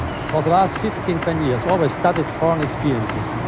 for the last fifteen, twenty years, always studied foreign experiences,